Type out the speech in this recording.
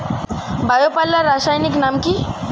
Bio পাল্লার রাসায়নিক নাম কি?